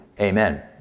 Amen